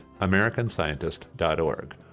americanscientist.org